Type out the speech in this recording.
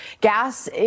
Gas